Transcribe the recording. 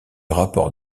rapport